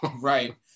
Right